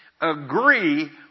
agree